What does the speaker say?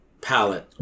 palette